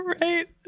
Right